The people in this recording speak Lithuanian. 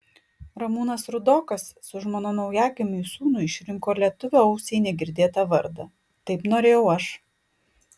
ramūnas rudokas su žmona naujagimiui sūnui išrinko lietuvio ausiai negirdėtą vardą taip norėjau aš